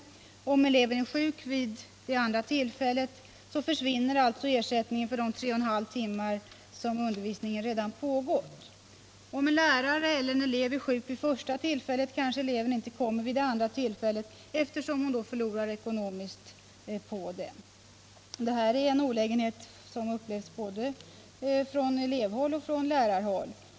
Om eleven är sjuk vid det andra tillfället, försvinner alltså ersättningen för de 3,5 timmar då undervisningen redan pågått. Om lärare eller elev är sjuk vid det första tillfället kanske eleven inte kommer vid det andra tillfället, eftersom vederbörande då skulle göra en ekonomisk förlust. Detta är en olägenhet som upplevs både från elevhåll och från lärarhåll.